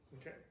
Okay